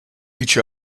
each